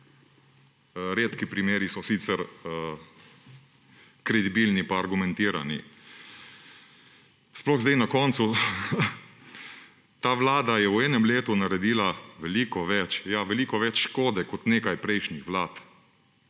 redki primeri so sicer kredibilni pa argumentirani. Sploh zdaj na koncu, »ta vlada je v enem letu naredila veliko več«. Ja, veliko več škode kot nekaj prejšnjih vlad.